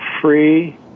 free